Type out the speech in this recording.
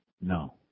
No